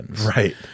Right